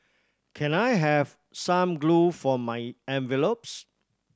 can I have some glue for my envelopes